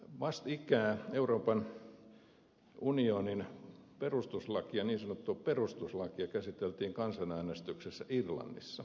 vastikään euroopan unionin niin sanottua perustuslakia käsiteltiin kansanäänestyksessä irlannissa